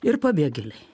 ir pabėgėliai